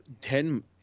ten